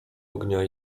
ognia